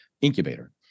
incubator